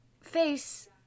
face